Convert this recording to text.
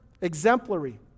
exemplary